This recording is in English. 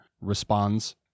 responds